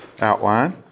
outline